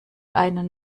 einen